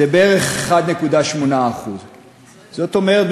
זה בערך 1.8%. זאת אומרת,